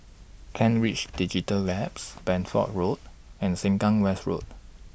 Kent Ridge Digital Labs Bedford Road and Sengkang West Road